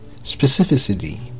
specificity